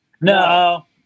No